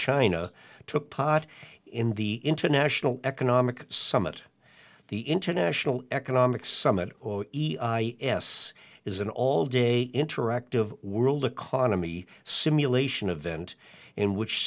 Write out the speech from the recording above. china took pot in the international economic summit the international economic summit or e s is an all day interactive world economy simulation a vent in which